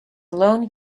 lone